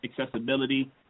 accessibility